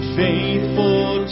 faithful